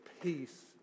peace